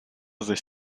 sich